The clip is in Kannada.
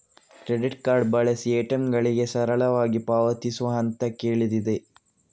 ಕ್ರೆಡಿಟ್ ಕಾರ್ಡ್ ಬಳಸಿ ಎ.ಟಿ.ಎಂಗಳಿಗೆ ಸರಳವಾಗಿ ಪಾವತಿಸುವ ಹಂತಕ್ಕೆ ಇಳಿದಿದೆ